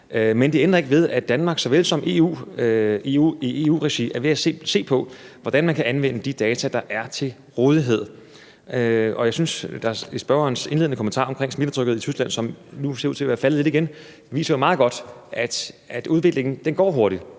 Men det ændrer ikke ved, at vi i Danmark såvel som i EU-regi er ved at se på, hvordan man kan anvende de data, der er til rådighed. Jeg synes, at spørgerens indledende kommentar om smittetrykket i Tyskland, som nu ser ud til at være faldet lidt igen, jo meget godt viser, at udviklingen går hurtigt